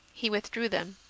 he withdrew them.